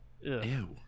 ew